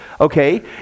okay